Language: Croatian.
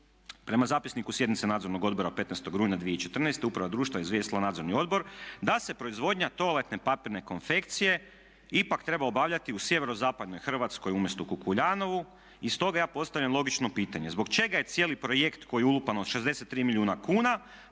Prema zapisniku sjednice Nadzornog odbora od 15. rujna 2014. uprava društva izvijestila je Nadzorni odbor da se proizvodnja toaletne papirne konfekcije ipak treba obavljati u sjeverozapadnoj Hrvatskoj umjesto u Kukuljanovu. I stoga ja postavljam logično pitanje zbog čega je cijeli projekt u koji je ulupano 63 milijuna kuna